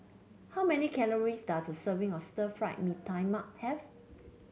how many calories does a serving or Stir Fried Mee Tai Mak have